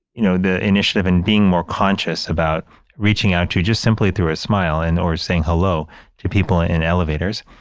you know, initiative and being more conscious about reaching out to just simply through a smile and or saying hello to people ah in elevators.